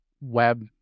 web